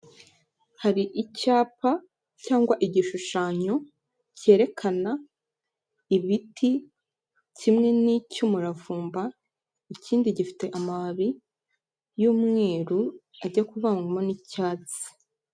Hari icyapa cyangwa igishushanyo cyerekana ibiti kimwe n'icy'umuravumba, ikindi gifite amababi y'umweru ajya kuvangwamo n'icyatsi.